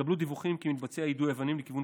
התקבלו דיווחים כי מתבצע יידוי אבנים לכיוון